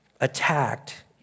attacked